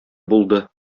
булды